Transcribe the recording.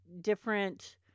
different